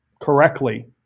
correctly